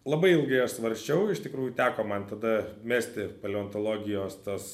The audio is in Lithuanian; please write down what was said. labai ilgai aš svarsčiau iš tikrųjų teko man tada mesti paleontologijos tas